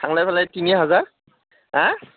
थांलाय फैलाय तिनि हाजार हा